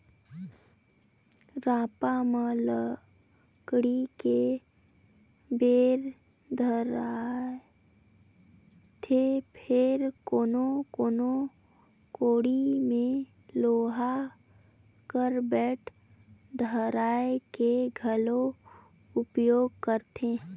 रापा म लकड़ी के बेठ धराएथे फेर कोनो कोनो कोड़ी मे लोहा कर बेठ धराए के घलो उपियोग करथे